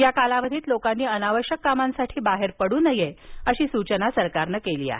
या कालावधीत लोकांनी अनावश्यक कामांसाठी बाहेर पडू नये अशी सूचना सरकारनं केली आहे